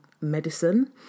medicine